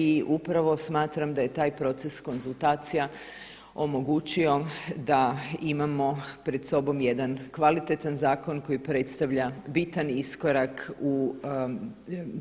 I upravo smatram da je taj proces konzultacija omogućio da imamo pred sobom jedan kvalitetan zakon koji predstavlja bitan iskorak u